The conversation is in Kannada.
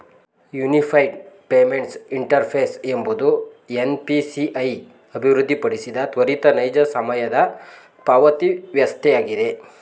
ಯೂನಿಫೈಡ್ ಪೇಮೆಂಟ್ಸ್ ಇಂಟರ್ಫೇಸ್ ಎಂಬುದು ಎನ್.ಪಿ.ಸಿ.ಐ ಅಭಿವೃದ್ಧಿಪಡಿಸಿದ ತ್ವರಿತ ನೈಜ ಸಮಯದ ಪಾವತಿವಸ್ಥೆಯಾಗಿದೆ